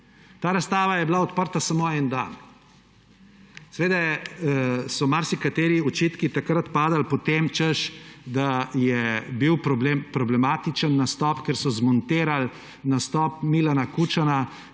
Ta razstava je bila odprta samo en dan. Seveda so potem marsikateri očitki takrat padali, češ da je bil problematičen nastop, ker so zmontirali nastop Milana Kučana